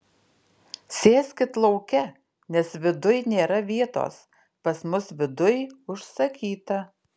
sėskit lauke nes viduj nėra vietos pas mus viduj užsakyta